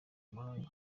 mahanga